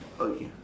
okay